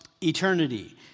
eternity